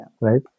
right